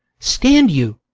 stand you?